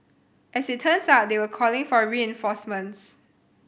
as it turns out they were calling for reinforcements